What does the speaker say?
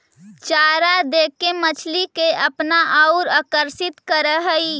चारा देके मछली के अपना औउर आकर्षित करऽ हई